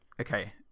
Okay